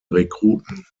rekruten